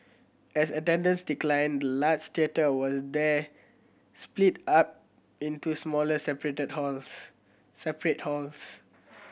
as attendance declined the large theatre was then split up into smaller separate halls